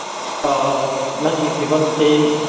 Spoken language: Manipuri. ꯑꯥ ꯅꯪꯒꯤ ꯐꯤꯕꯝꯁꯤ